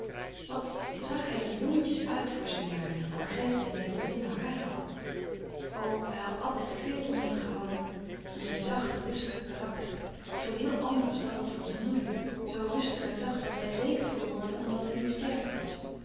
wat zag hij er jongetjes uit voor zijn jaren al grijsden hem zijn blonde haren al o hij had altijd veel van hem gehouden om zijn zachte rustige karakter zoo heel anders dan dat van zijn moeder zoo rustig en zacht was hij zeker verworden omdat hij niet sterk was